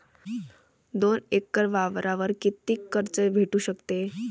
दोन एकर वावरावर कितीक कर्ज भेटू शकते?